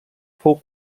fou